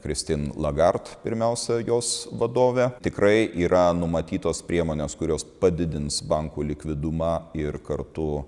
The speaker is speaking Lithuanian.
kristin lagart pirmiausia jos vadovė tikrai yra numatytos priemonės kurios padidins bankų likvidumą ir kartu